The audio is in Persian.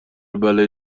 بلایی